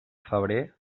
febrer